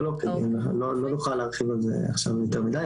לא נוכל להרחיב על זה עכשיו יותר מדי.